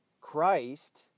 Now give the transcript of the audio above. Christ